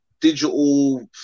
digital